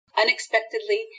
Unexpectedly